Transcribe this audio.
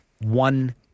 one